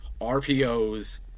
RPOs